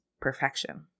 perfection